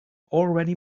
already